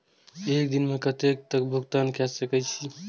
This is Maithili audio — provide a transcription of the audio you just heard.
एक दिन में कतेक तक भुगतान कै सके छी